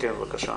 בבקשה.